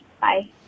Bye